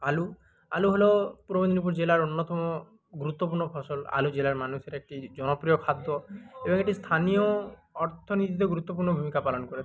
আলু আলু হলো পূর্ব মেদিনীপুর জেলার অন্যতম গুরুত্বপূর্ণ ফসল আলু জেলার মানুষের একটি জনপ্রিয় খাদ্য এবং এটি স্থানীয় অর্থনীতিতে গুরুত্বপূর্ণ ভূমিকা পালন করে থাকে